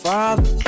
Father